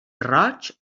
roig